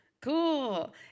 Cool